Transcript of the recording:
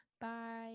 Bye